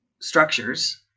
structures